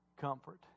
comfort